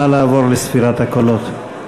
נא לעבור לספירת הקולות.